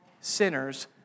sinners